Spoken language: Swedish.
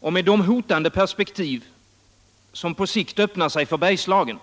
5. Med de hotande perspektiv som på sikt öppnar sig för Bergslagen,